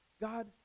God